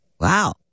Wow